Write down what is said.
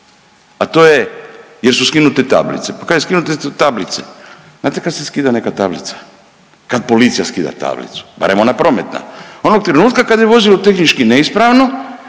a to je jer su skinute tablice, pa kaže skinute su tablice, znate kad se skida neka tablica, kad policija skida tablicu, barem ona prometna, onog trenutka kad je vozilo tehnički neispravno